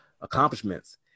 accomplishments